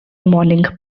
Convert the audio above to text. morning